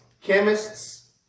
chemists